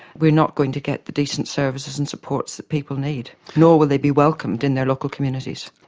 we are not going to get the decent services and support that people need, nor will they be welcomed in their local communities.